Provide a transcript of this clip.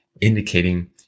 indicating